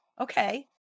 Okay